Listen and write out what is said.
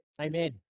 amen